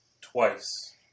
twice